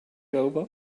over